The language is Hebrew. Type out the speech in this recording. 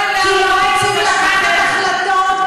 כי לא רוצים לקחת החלטות,